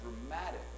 dramatic